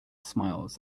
smiles